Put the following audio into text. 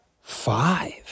five